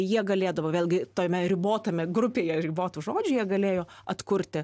jie galėdavo vėlgi tame ribotame grupėje ribotų žodžių jie galėjo atkurti